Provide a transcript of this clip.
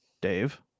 Dave